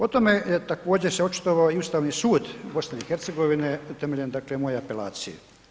O tome također se očitovao i Ustavi sud BiH temeljem dakle moje apelacije.